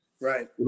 Right